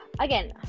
again